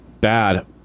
Bad